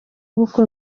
uko